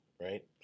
right